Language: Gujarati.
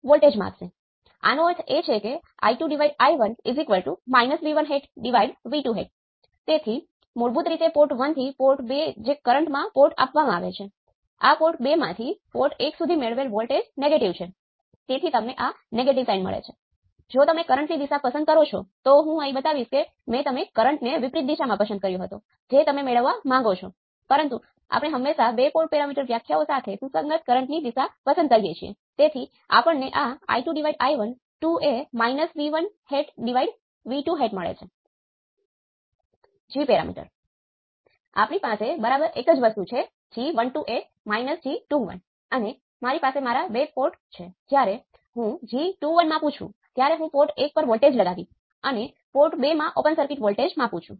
વોલ્ટેજ કંટ્રોલ વોલ્ટેજ સ્ત્રોતો સાથે મેશ વિશ્લેષણ ના વિશ્લેષણ જેવું જ હોય છે